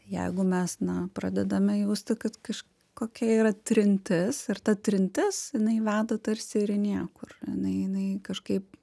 jeigu mes na pradedame jausti kad kažk kokia yra trintis ir ta trintis jinai veda tarsi ir į niekur jinai jinai kažkaip